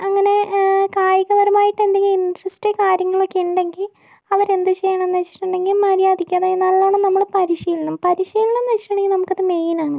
അങ്ങനെ കായികപരമായിട്ട് എന്തെങ്കിലും ഇൻട്രസ്റ്റ് കാര്യങ്ങളൊക്കെ ഉണ്ടെങ്കിൽ അവരെന്ത് ചെയ്യണമെന്ന് വച്ചിട്ടുണ്ടെങ്കിൽ മര്യാദയ്ക്ക് അതായത് നല്ലവണം നമ്മൾ പരിശീലനം പരിശീലമെന്ന് വച്ചിട്ടുണ്ടെങ്കിൽ നമുക്കത് മെയിനാണ്